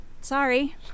Sorry